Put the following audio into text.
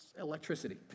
electricity